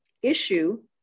issue